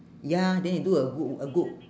ya then you do a good a good